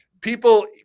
People